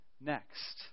next